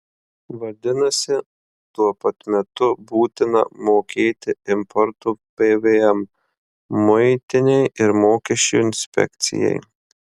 vadinasi tuo pat metu būtina mokėti importo pvm muitinei ir mokesčių inspekcijai